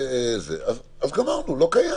אז גמרנו, זה כאילו לא קיים.